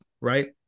Right